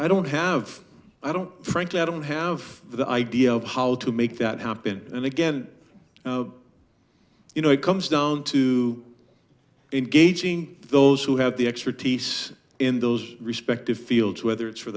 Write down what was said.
i don't have i don't frankly i don't have the idea of how to make that happen and again you know it comes down to engaging those who have the expertise in those respective fields whether it's for